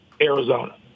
Arizona